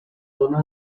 zona